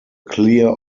clear